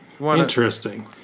Interesting